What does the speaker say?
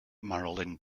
marilyn